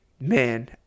man